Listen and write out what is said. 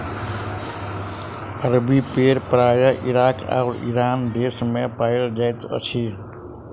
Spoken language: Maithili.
अरबी भेड़ प्रायः इराक आ ईरान देस मे पाओल जाइत अछि